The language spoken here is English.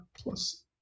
plus